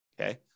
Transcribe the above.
okay